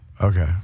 okay